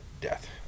death